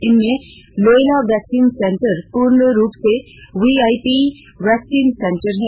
इनमें Loyola vaccine centre पूर्ण रूप से वीआईपी वैक्सीन सेंटर है